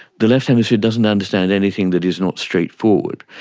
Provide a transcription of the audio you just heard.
the left hemisphere doesn't understand anything that is not straightforward.